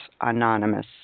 Anonymous